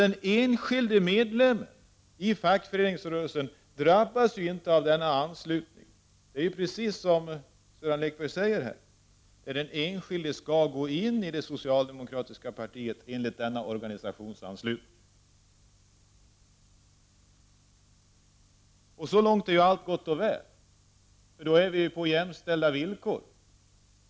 Den enskilde medlemmen i fackföreningsrörelsen drabbas inte av denna anslutning. Som Sören Lekberg här säger är det den enskilde som skall gå in i det socialdemokratiska partiet enligt denna organisationsanslutning. Då har vi ju fått jämställda villkor.